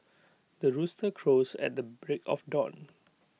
the rooster crows at the break of dawn